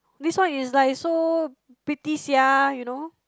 this one is like so pretty sia